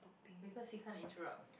because he can't interrupt